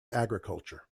agriculture